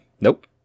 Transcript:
Nope